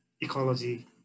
ecology